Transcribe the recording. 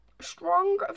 strong